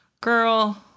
girl